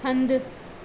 हंधि